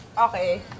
Okay